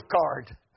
card